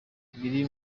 biri